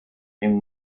dem